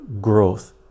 growth